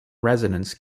resonance